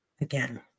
again